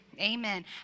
Amen